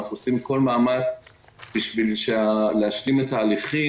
אנחנו עושים כל מאמץ בשביל להשלים את ההליכים,